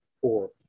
Four